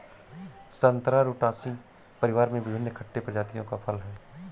संतरा रुटासी परिवार में विभिन्न खट्टे प्रजातियों का फल है